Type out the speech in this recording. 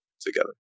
together